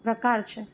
પ્રકાર છે